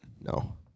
No